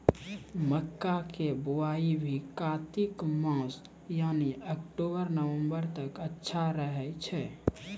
मक्का के बुआई भी कातिक मास यानी अक्टूबर नवंबर तक अच्छा रहय छै